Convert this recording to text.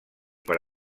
per